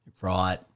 Right